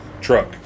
truck